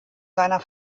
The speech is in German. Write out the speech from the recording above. seiner